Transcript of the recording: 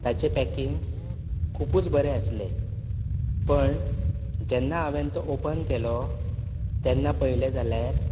ताचें पॅकींग खुबूच बरें आसलें पण जेन्ना हांवेन तो ओपन केलो तेन्ना पयलें जाल्यार